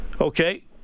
Okay